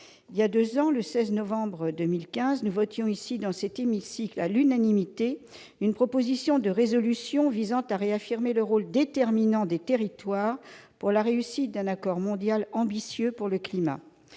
Voilà deux ans, le 16 novembre 2015, nous votions ici, dans cet hémicycle, à l'unanimité, une proposition de résolution visant à réaffirmer le rôle déterminant des territoires pour la réussite d'un accord mondial ambitieux pour le climat.